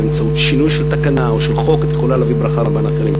באמצעות שינוי של תקנה או של חוק את יכולה להביא ברכה לרבים אחרים.